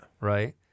Right